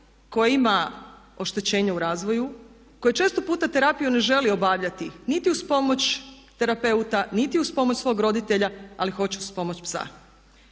koje ima oštećenje u razvoju, koje često puta terapiju ne želi obavljati niti uz pomoć terapeuta, niti uz pomoć svog roditelja ali hoće uz pomoć psa.